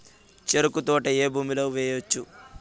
చెరుకు తోట ఏ భూమిలో వేయవచ్చు?